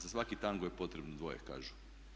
Za svaki tango je potrebno dvoje kažu.